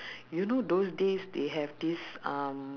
you know those days they have this um